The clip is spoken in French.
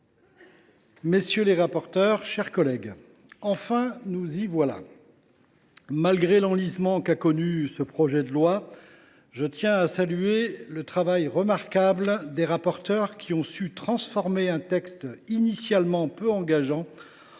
la ministre, mes chers collègues, enfin, nous y voilà ! Malgré l’enlisement qu’a connu ce projet de loi, je tiens à saluer le travail remarquable des rapporteurs, qui ont su transformer un texte initialement peu engageant